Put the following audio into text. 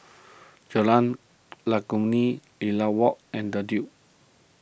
Jalan Legundi Lilac Walk and the Duke